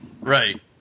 Right